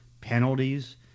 penalties